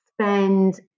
spend